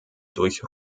durch